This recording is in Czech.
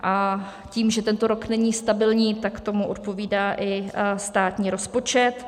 A tím, že tento rok není stabilní, tak tomu odpovídá i státní rozpočet.